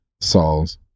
Saul's